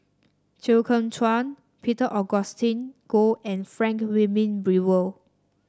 Chew Kheng Chuan Peter Augustine Goh and Frank Wilmin Brewer